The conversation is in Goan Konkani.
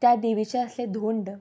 त्या देवीचे आसले धोंड